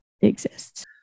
exists